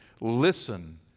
Listen